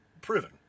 proven